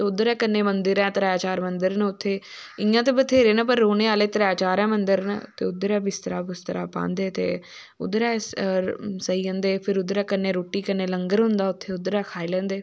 तो उध्दर कन्नै मन्दर ऐ त्रै चार मन्दर न उत्थे इयां ते बत्थेहरे मन्दर न पर रौह्ने आह्ले त्रै चार मन्दर न ते उध्दर गै बिस्तरा बुस्तरा पांदे ते उध्दर गै सेई जंदे फिर उध्दर गै कन्ने रुट्टी कन्नै लंग्गर होंदा उत्थे उध्दर गै खाई लैंदे